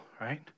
right